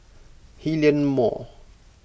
Hillion Mall